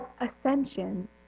ascension